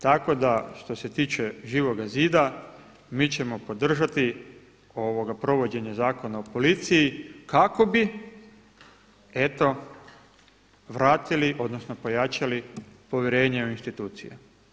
Tako da što se tiče Živoga zida mi ćemo podržati provođenje Zakona o policiji kako bi eto vratili odnosno pojačali povjerenje u institucije.